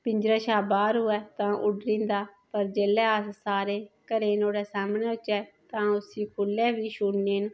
पिंजरे शा बाहर होऐ ता उंडरी जंदा पर जेहले अस सारे घरे द नुआढ़े सामने होचे तां ओह् उसी खुल्ले बी छोडने आं